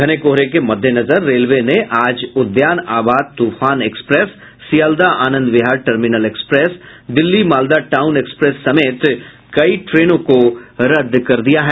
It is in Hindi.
घने कोहरे के मद्देनजर रेलवे ने आज Udyan Abha Toofan express Sealdah Anand Vihar terminal express Delhi Malda town express समेत कई ट्रेनों को रद्द कर दिया है